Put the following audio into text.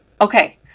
Okay